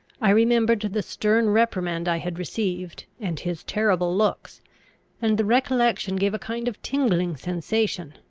i remembered the stern reprimand i had received, and his terrible looks and the recollection gave a kind of tingling sensation,